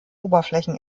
oberflächen